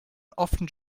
often